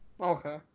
Okay